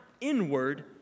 inward